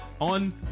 On